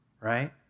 right